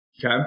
Okay